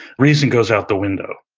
reason goes out the window,